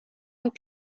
und